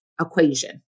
equation